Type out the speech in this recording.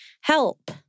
Help